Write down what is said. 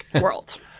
world